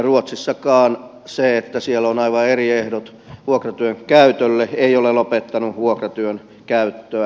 ruotsissakaan se että siellä on aivan eri ehdot vuokratyön käytölle ei ole lopettanut vuokratyön käyttöä